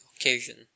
occasion